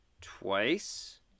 twice